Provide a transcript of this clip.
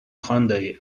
خاندایی